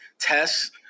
tests